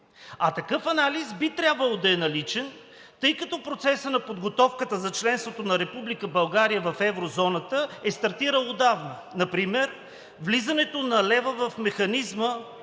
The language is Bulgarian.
а такъв анализ би трябвало да е наличен, тъй като процесът на подготовката за членството на Република България в еврозоната е стартирал отдавна, например влизането на лева в механизма